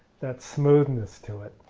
that smoothness to it.